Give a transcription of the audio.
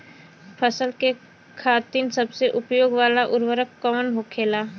फसल के खातिन सबसे उपयोग वाला उर्वरक कवन होखेला?